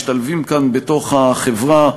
משתלבים כאן בתוך החברה.